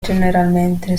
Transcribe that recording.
generalmente